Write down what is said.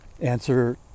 answer